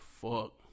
Fuck